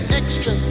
extra